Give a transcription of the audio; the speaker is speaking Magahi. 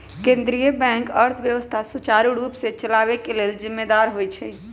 केंद्रीय बैंक अर्थव्यवस्था सुचारू रूप से चलाबे के लेल जिम्मेदार होइ छइ